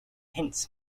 hints